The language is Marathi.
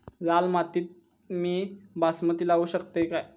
लाल मातीत मी बासमती लावू शकतय काय?